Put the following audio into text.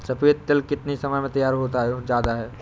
सफेद तिल कितनी समय में तैयार होता जाता है?